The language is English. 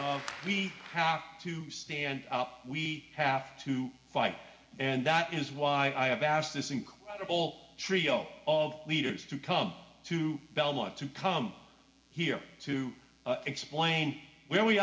you we have to stand up we have to fight and that is why i have asked this incredible trio of leaders to come to belmont to come here to explain where we